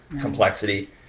complexity